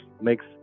makes